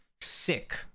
sick